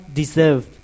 deserved